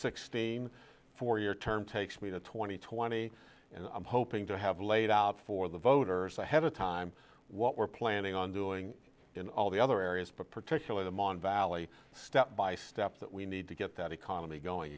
sixteen four year term takes me to twenty twenty and i'm hoping to have laid out for the voters ahead of time what we're planning on doing in all the other areas particularly the mon valley step by step that we need to get that economy going